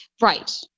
right